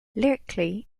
lyrically